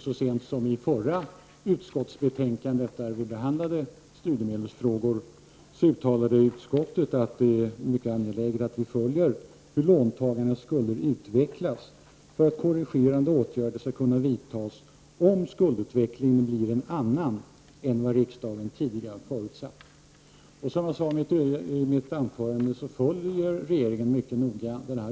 Så sent som i det utskottsbetänkande där studiemedelsfrågor senast behandlades uttalade utskottet att det är mycket angeläget att följa hur låntagarnas skulder utvecklas, för att korrigerande åtgärder skall kunna vidtas om skuldutvecklingen blir en annan än vad riksdagen tidigare har förutsatt. Som jag sade i mitt första anförande, följer regeringen utvecklingen